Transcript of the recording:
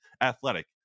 athletic